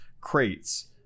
crates